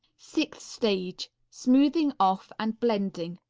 sixth stage. smoothing off and blending.